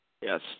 Yes